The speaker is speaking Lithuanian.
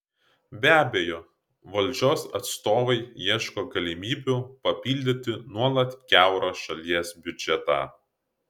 be abejo valdžios atstovai ieško galimybių papildyti nuolat kiaurą šalies biudžetą